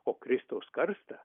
o kristaus karstą